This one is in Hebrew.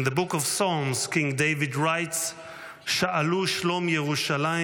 In the book of Psalms King David writes: "שאלו שלום ירושלים,